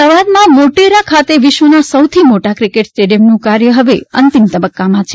અમદાવાદમાં મોટેરા ખાતે વિશ્વના સૌથી મોટા ક્રિકેટ સ્ટેડિયમનું કાર્ય હવે અંતિમ તબક્કામાં છે